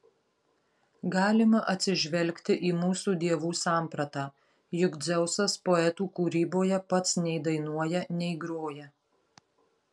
galima atsižvelgti į mūsų dievų sampratą juk dzeusas poetų kūryboje pats nei dainuoja nei groja